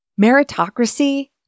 Meritocracy